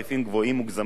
מוגזמים,